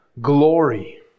glory